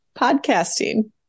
podcasting